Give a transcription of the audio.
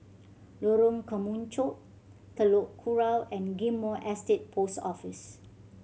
Lorong Kemunchup Telok Kurau and Ghim Moh Estate Post Office